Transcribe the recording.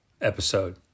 episode